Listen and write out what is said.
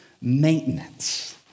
maintenance